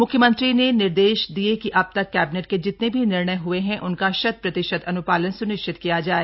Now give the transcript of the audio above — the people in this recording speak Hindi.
म्ख्यमंत्री ने निर्देश दिये कि अब तक कैबिनेट के जितने भी निर्णय हए हैं उनका शत प्रतिशत अन्पालन स्निश्चित किया जाए